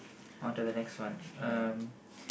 yeah